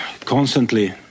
constantly